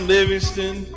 Livingston